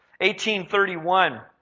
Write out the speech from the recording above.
1831